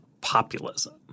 populism